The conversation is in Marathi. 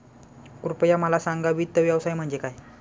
कृपया मला सांगा वित्त व्यवसाय म्हणजे काय?